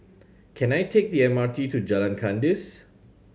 can I take the M R T to Jalan Kandis